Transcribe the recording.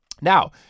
now